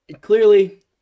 clearly